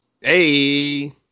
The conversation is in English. Hey